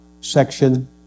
section